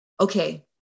okay